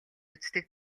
үздэг